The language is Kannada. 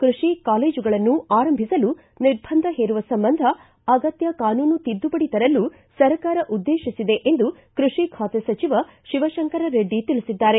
ಕೃಷಿ ಕಾಲೇಜುಗಳನ್ನು ಆರಂಭಿಸಲು ನಿರ್ಬಂಧ ಹೇರುವ ಸಂಬಂದ್ನೆ ಅಗತ್ತ ಕಾನೂನು ತಿದ್ದುಪಡಿ ತರಲು ಸರ್ಕಾರ ಉದ್ದೇತಿಸಿದೆ ಎಂದು ಕೃಷಿ ಖಾತೆ ಸಚಿವ ಶಿವಶಂಕರ್ ರೆಡ್ಡಿ ತಿಳಿಸಿದ್ದಾರೆ